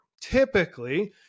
Typically